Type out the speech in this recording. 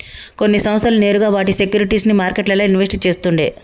కొన్ని సంస్థలు నేరుగా వాటి సేక్యురిటీస్ ని మార్కెట్లల్ల ఇన్వెస్ట్ చేస్తుండే